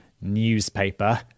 Newspaper